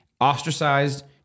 ostracized